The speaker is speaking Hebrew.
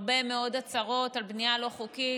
הרבה מאוד הצהרות על בנייה לא חוקית,